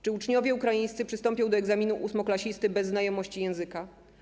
Czy uczniowie ukraińscy przystąpią do egzaminu ósmoklasisty bez znajomości języka?